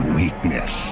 weakness